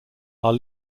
are